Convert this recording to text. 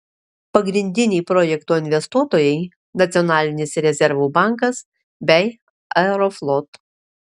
pagrindiniai projekto investuotojai nacionalinis rezervų bankas bei aeroflot